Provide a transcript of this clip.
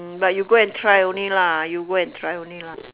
hmm but you go and try only lah you go and try only lah